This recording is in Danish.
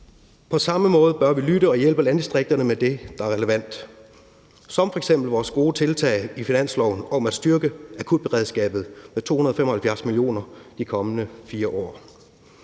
På samme måde bør vi lytte til og hjælpe landdistrikterne med det, der er relevant, som f.eks. vores gode tiltag i finansloven om at styrke akutberedskabet med 275 mio. kr. de kommende 4 år.